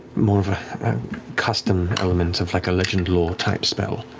more of a custom element of like a legend lore-type spell.